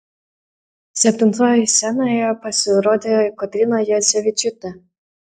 septintoji scenoje pasirodė kotryna juodzevičiūtė